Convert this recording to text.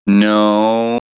no